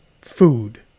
food